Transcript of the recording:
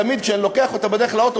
תמיד כשאני לוקח אותה בדרך לאוטו,